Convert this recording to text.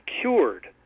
cured